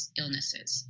illnesses